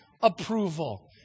approval